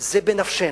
זה בנפשנו.